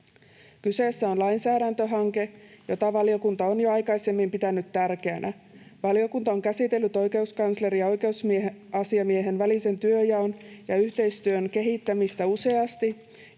Kyseessä on lainsäädäntöhanke, jota valiokunta on jo aikaisemmin pitänyt tärkeänä. Valiokunta on käsitellyt oikeuskanslerin ja oikeusasiamiehen välisen työnjaon ja yhteistyön kehittämistä useasti